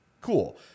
cool